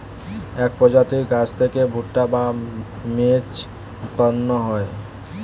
এক প্রজাতির গাছ থেকে ভুট্টা বা মেজ উৎপন্ন হয়